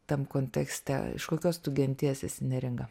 tam kontekste iš kokios tu genties esi neringa